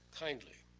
kindly,